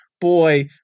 boy